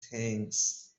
things